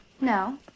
No